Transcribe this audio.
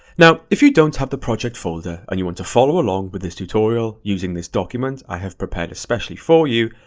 now, if you don't have the project folder and you want to follow along with this tutorial using this document i have prepared especially for you,